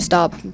Stop